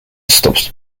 stops